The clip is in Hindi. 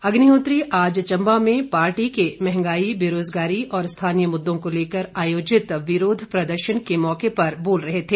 अग्निहोत्री आज चंबा में पार्टी के महंगाई बेरोजगारी और स्थानीय मुद्दों को लेकर आयोजित विरोध प्रदर्शन के मौके पर बोल रहे थे